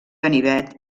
ganivet